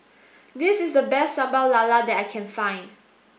this is the best Sambal Lala that I can find